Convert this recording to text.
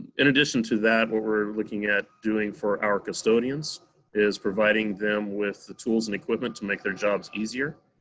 in addition to that, what we're looking at doing for our custodians is providing them with the tools and equipment to make their jobs easier.